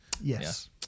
yes